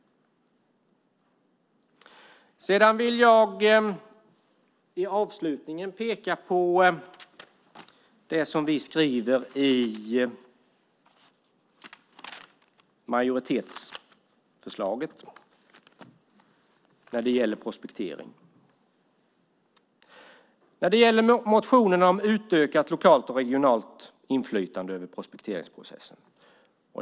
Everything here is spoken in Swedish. Avslutningsvis vill jag peka på det som vi skriver i majoritetsförslaget när det gäller motionen om utökat lokalt och regionalt inflytande över prospekteringsprocessen.